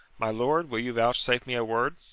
my lord, will you vouchsafe me a word?